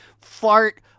fart